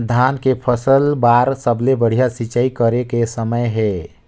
धान के फसल बार सबले बढ़िया सिंचाई करे के समय हे?